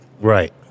Right